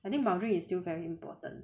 I think boundary is still very important